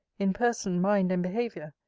in person, mind, and behaviour,